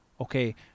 okay